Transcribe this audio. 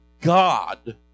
God